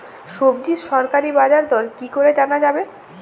সবজির সরকারি বাজার দর কি করে জানা যাবে?